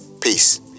peace